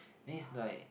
then it's like